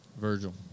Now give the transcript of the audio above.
Virgil